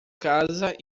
casa